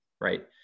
right